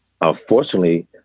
Unfortunately